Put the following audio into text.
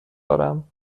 دارم